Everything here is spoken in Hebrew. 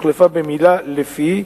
הוחלפה במלה "לפי".